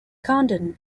condon